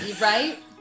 right